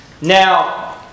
Now